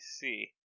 see